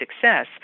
success